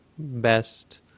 best